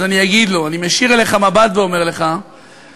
אז אני אגיד לו: אני מישיר אליך מבט ואומר לך שאותם